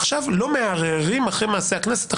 עכשיו לא מערערים אחרי מעשה הכנסת,